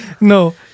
No